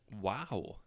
Wow